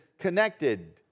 connected